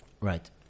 Right